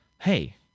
hey